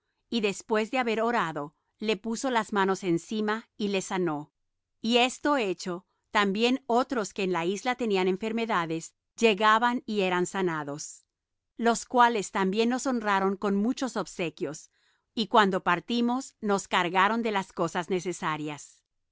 y después de haber orado le puso las manos encima y le sanó y esto hecho también otros que en la isla tenían enfermedades llegaban y eran sanados los cuales también nos honraron con muchos obsequios y cuando partimos nos cargaron de las cosas necesarias